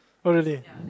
oh really